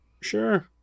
Sure